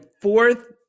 fourth